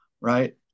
Right